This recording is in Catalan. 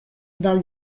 del